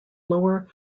lower